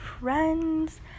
friends